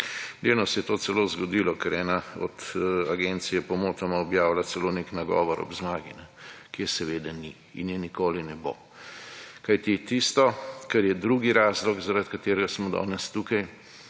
Delno se je to celo zgodilo, ker ena od agencij je pomotoma objavila celo neki nagovor ob zmagi, ki je seveda ni in je nikoli ne bo. Kajti tisto, kar je drugi razlog, zaradi katerega smo danes tukaj